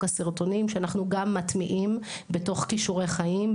הסרטונים שאנחנו גם מטמיעים בתוך כישורי חיים,